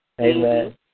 Amen